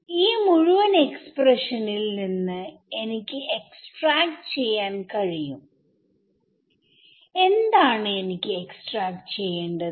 ഈ മുഴുവൻ എക്സ്പ്രഷനിൽ നിന്ന് എനിക്ക് എക്സ്ട്രാക്ട് ചെയ്യാൻ കഴിയും എന്താണ് എനിക്ക് എക്സ്ട്രാക്ട് ചെയ്യേണ്ടത്